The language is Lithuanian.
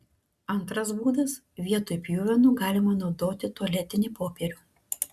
antras būdas vietoj pjuvenų galima naudoti tualetinį popierių